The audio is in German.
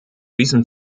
diesem